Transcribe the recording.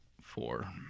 four